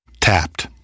Tapped